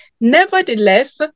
Nevertheless